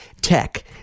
Tech